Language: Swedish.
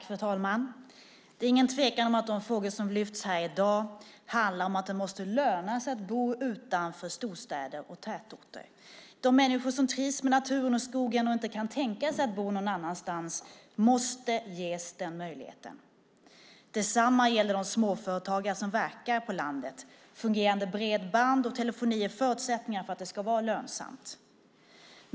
Fru talman! Det är ingen tvekan om att de frågor som lyfts fram här i dag handlar om att det måste kunna löna sig att bo utanför storstäder och tätorter. De människor som trivs med naturen och skogen och inte kan tänka sig att bo någon annanstans måste ges den möjligheten. Detsamma gäller de småföretagare som verkar på landet. Fungerande bredband och telefoni är förutsättningar för att det ska vara lönsamt.